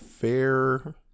fair